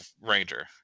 Ranger